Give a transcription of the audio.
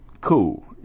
Cool